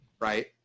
right